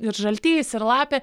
ir žaltys ir lapė